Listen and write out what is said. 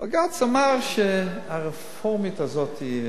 בג"ץ אמר שהרפורמית הזאת,